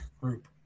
group